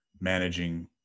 managing